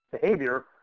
behavior